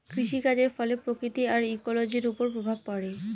কৃষিকাজের ফলে প্রকৃতি আর ইকোলোজির ওপর প্রভাব পড়ে